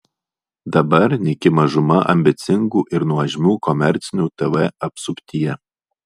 dabar nyki mažuma ambicingų ir nuožmių komercinių tv apsuptyje